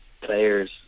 players